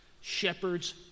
shepherds